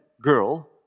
girl